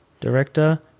director